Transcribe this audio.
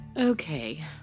okay